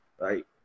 right